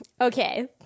okay